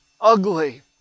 ugly